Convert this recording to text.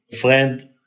friend